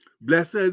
Blessed